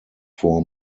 four